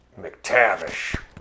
McTavish